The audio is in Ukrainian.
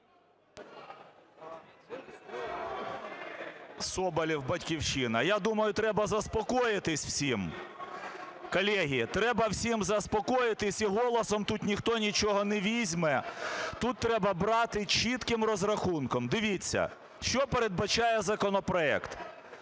Соболєв, "Батьківщина". Я думаю, треба заспокоїтись всім. Колеги, треба всім заспокоїтись і голосом тут ніхто нічого не візьме, тут треба брати чітким розрахунком. Дивіться, що передбачає законопроект.